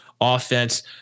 offense